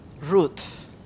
Ruth